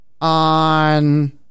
on